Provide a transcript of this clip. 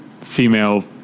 female